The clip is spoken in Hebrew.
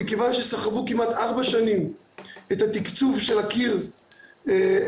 מכיוון שסחבו כמעט ארבע שנים את התקצוב של הקיר בבית